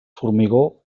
formigó